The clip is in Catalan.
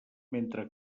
mentre